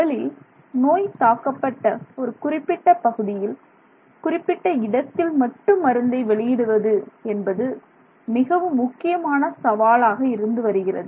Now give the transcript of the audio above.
உடலில் நோய் தாக்கப்பட்ட ஒரு குறிப்பிட்ட பகுதியில் குறிப்பிட்ட இடத்தில் மட்டும் மருந்தை வெளியிடுவது என்பது மிகவும் முக்கியமான சவாலாக இருந்து வருகிறது